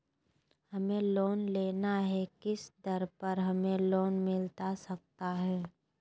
हमें लोन लेना है किस दर पर हमें लोन मिलता सकता है?